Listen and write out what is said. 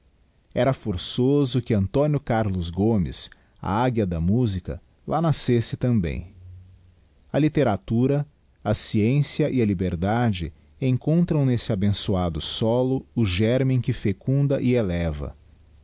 era forçoso que antónio carlos gomes a águia da musica lá nascesse também a literatura a sciencia e a liberdade encontram nesse abençoado solo o gérmen que fecunda e eleva